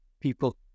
people